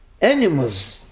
animals